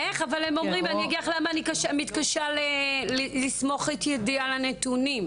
אני אגיד לך למה אני מתקשה לסמוך את ידי על הנתונים.